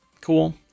cool